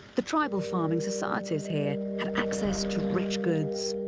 the tribal farming societies here had access to rich goods,